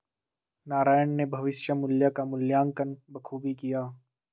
नारायण ने भविष्य मुल्य का मूल्यांकन बखूबी किया